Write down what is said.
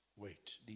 wait